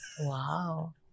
Wow